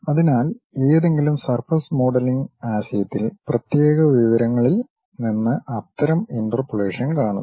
അതിനാൽ ഏതെങ്കിലും surface modelling ആശയത്തിൽ പ്രത്യേക വിവരങ്ങളിൽ നിന്ന് അത്തരം ഇന്റർപോളേഷൻ കാണുന്നു